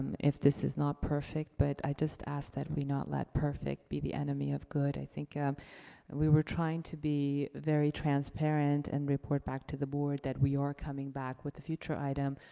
if this is not perfect. but, i just ask that we not let perfect be the enemy of good. i think um we were trying to be very transparent and report back to the board that we are coming back with a future item,